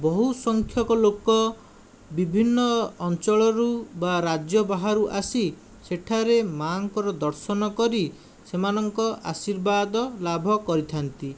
ବହୁ ସଂଖ୍ୟକ ଲୋକ ବିଭିନ୍ନ ଅଞ୍ଚଳରୁ ବା ରାଜ୍ୟ ବାହାରୁ ଆସି ସେଠାରେ ମା'ଙ୍କର ଦର୍ଶନ କରି ସେମାନଙ୍କ ଆଶୀର୍ବାଦ ଲାଭ କରିଥାନ୍ତି